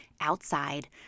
outside